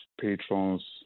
patrons